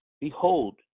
behold